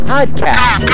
Podcast